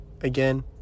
again